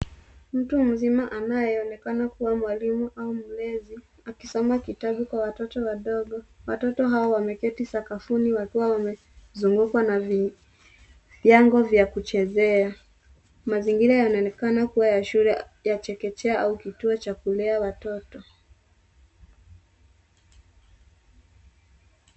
Mtu mzima anayeonekana kuwa mwalimu au mlezi, akisoma kitabu kwa watoto wadogo. Watoto hawa wameketi sakafuni wakiwa wamezungukwa na vilago vya kuchezea. Mazingira yanaonekana kuwa ya shule ya chekechea au kituo cha kulea watoto.